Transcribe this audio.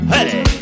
Hey